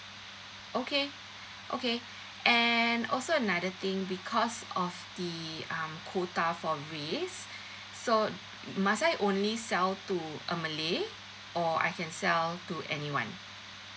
okay okay and also another thing because of the um quota for race so must I only sell to a malay or I can sell to anyone